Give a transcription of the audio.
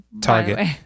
target